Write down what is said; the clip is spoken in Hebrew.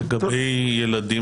לגבי ילדים,